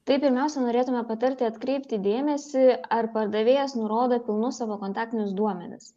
tai pirmiausia norėtume patarti atkreipti dėmesį ar pardavėjas nurodo pilnus savo kontaktinius duomenis